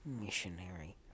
missionary